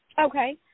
Okay